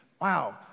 Wow